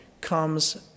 comes